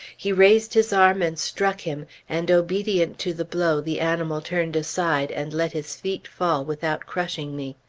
he raised his arm and struck him, and obedient to the blow the animal turned aside and let his feet fall without crushing me.